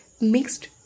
mixed